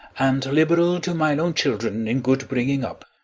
and liberal to mine own children in good bringing up